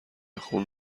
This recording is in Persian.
خون